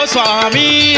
Swami